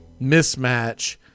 mismatch